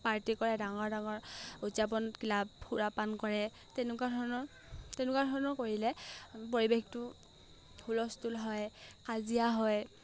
party কৰে ডাঙৰ ডাঙৰ উদযাপন ক্লাব সুৰাপান কৰে তেনেকুৱা ধৰণৰ তেনেকুৱা ধৰণৰ কৰিলে পৰিৱেশটো হুলস্থুল হয় কাজিয়া হয়